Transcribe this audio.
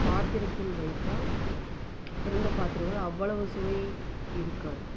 பாத்திரத்தில் வைத்தால் திறந்த பாத்திரங்கள் அவ்வளவு சுவை இருக்காது